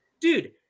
dude